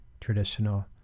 traditional